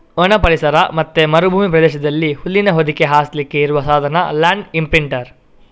ಒಣ ಪರಿಸರ ಮತ್ತೆ ಮರುಭೂಮಿ ಪ್ರದೇಶದಲ್ಲಿ ಹುಲ್ಲಿನ ಹೊದಿಕೆ ಹಾಸ್ಲಿಕ್ಕೆ ಇರುವ ಸಾಧನ ಲ್ಯಾಂಡ್ ಇಂಪ್ರಿಂಟರ್